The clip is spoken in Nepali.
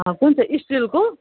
कनु चाहिँ स्टिलको